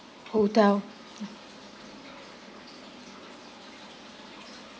hotel